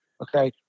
okay